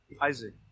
Isaac